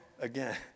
again